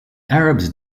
arabs